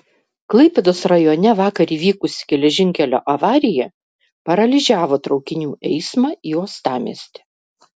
klaipėdos rajone vakar įvykusi geležinkelio avarija paralyžiavo traukinių eismą į uostamiestį